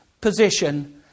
position